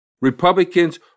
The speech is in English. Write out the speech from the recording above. Republicans